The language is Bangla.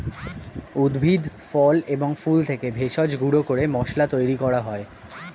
উদ্ভিদ, ফল এবং ফুল থেকে ভেষজ গুঁড়ো করে মশলা তৈরি করা হয়